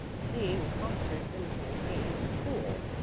seeing concerts and hearing games of pool.